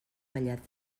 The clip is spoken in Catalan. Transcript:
velledat